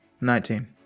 Nineteen